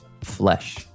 Flesh